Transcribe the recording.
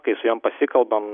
kai su jom pasikalbam